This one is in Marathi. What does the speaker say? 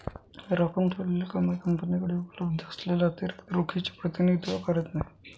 राखून ठेवलेली कमाई कंपनीकडे उपलब्ध असलेल्या अतिरिक्त रोखीचे प्रतिनिधित्व करत नाही